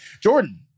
Jordan